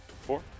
Four